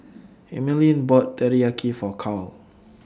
Emeline bought Teriyaki For Carl